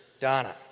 Donna